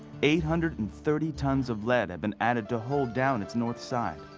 eight hundred and thirty tons of lead have been added to hold down its north side.